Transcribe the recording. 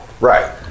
Right